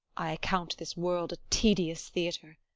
i account this world a tedious theatre,